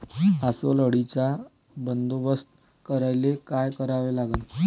अस्वल अळीचा बंदोबस्त करायले काय करावे लागन?